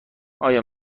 آیا